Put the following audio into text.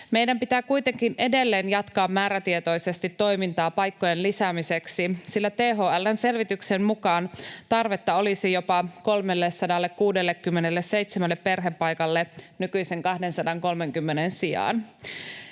Meidän pitää kuitenkin edelleen jatkaa määrätietoisesti toimintaa paikkojen lisäämiseksi, sillä THL:n selvityksen mukaan tarvetta olisi jopa 367 perhepaikalle nykyisen 230:n sijaan.